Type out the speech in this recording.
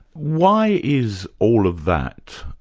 why is all of that,